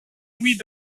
louis